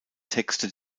texte